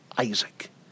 Isaac